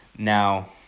Now